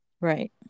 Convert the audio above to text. Right